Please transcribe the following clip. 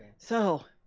so,